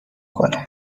کنه